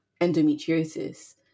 endometriosis